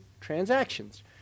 transactions